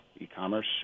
e-commerce